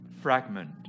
Fragment